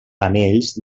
anells